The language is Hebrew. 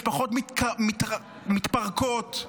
משפחות מתפרקות,